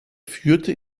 führte